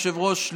היושב-ראש,